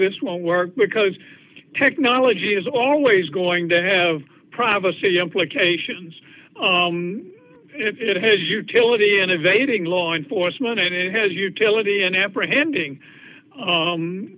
this will work because technology is always going to have privacy implications it has utility in evading law enforcement and it has utility in apprehending